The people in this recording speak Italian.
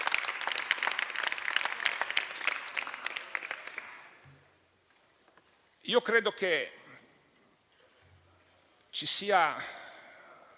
Io credo che ci sia